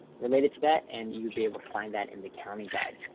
related to that, and you'd be able to find that in the county guide.